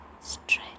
stretch